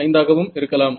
5 ஆக இருக்கலாம்